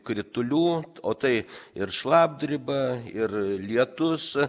kritulių o tai ir šlapdriba ir lietus